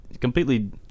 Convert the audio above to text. completely